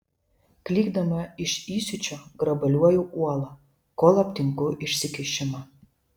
klykdama iš įsiūčio grabalioju uolą kol aptinku išsikišimą